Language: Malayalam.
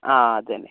ആ അത് തന്നെ